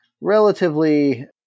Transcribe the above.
relatively